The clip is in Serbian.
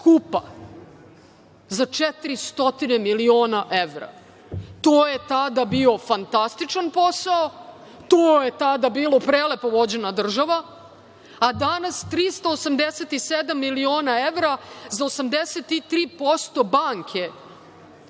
skupa za 400 miliona evra. To je tada bio fantastičan posao, to je tada bilo prelepo vođena država, a danas 387 miliona evra za 83% banke,